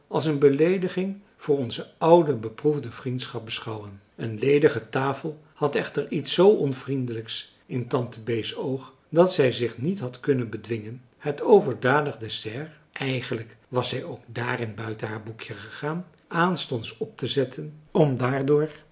als een beleediging voor onze oude beproefde vriendschap beschouwen een ledige tafel had echter iets zoo onvriendelijks in tante bee's oog dat zij zich niet had kunnen bedwingen het overdadig dessert eigenlijk was zij ook daarin buiten haar boekje gegaan aanstonds optezetten om daardoor